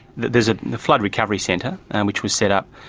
there's ah the flood recovery centre and which was set up.